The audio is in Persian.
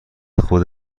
خود